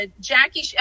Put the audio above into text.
Jackie